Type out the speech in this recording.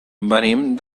venim